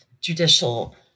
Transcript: judicial